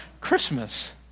christmas